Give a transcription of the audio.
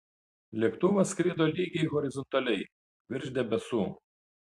lėktuvas skrido lygiai horizontaliai virš debesų